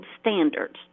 standards